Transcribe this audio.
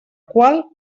qual